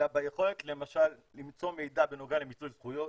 אלא ביכולת למשל למצוא מידע בנוגע למיצוי זכויות,